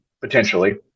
potentially